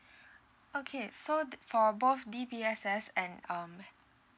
okay so for both D_B_S_S and um